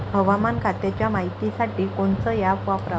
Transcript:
हवामान खात्याच्या मायतीसाठी कोनचं ॲप वापराव?